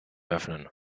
öffnen